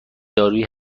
دارویی